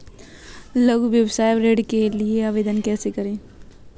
लघु व्यवसाय ऋण के लिए आवेदन कैसे करें?